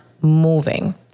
moving